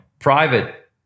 private